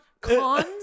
Cons